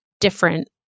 different